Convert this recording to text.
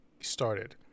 started